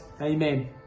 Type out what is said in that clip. amen